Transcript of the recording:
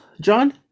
john